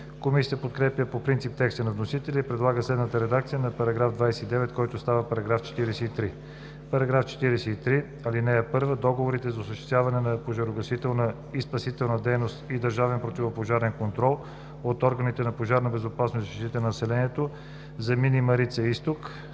Комисията подкрепя по принцип текста на вносителя и предлага следната редакция на § 29, който става § 43: „§ 43. (1) Договорите за осъществяване на пожарогасителна и спасителна дейност и държавен противопожарен контрол от органите за пожарна безопасност и защита на населението за „Мини Марица-изток“,